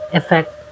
effect